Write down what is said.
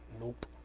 Nope